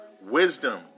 wisdom